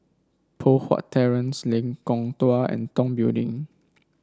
Poh Huat Terrace Lengkong Dua and Tong Building